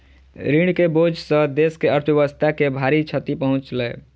ऋण के बोझ सॅ देस के अर्थव्यवस्था के भारी क्षति पहुँचलै